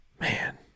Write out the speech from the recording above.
Man